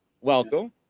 welcome